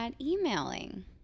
emailing